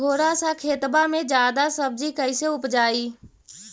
थोड़ा सा खेतबा में जादा सब्ज़ी कैसे उपजाई?